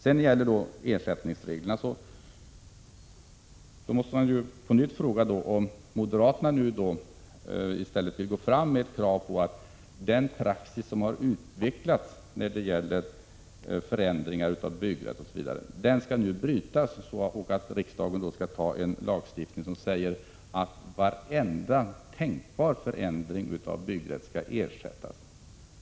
När det gäller ersättningsreglerna måste man på nytt fråga om moderaterna i stället vill gå fram med krav på att den praxis som har utvecklats när det gäller förändringar av byggrätt osv. nu skall brytas, så att riksdagen skall anta en lagstiftning som säger att varenda tänkbar förändring av byggrätten skall ersättas.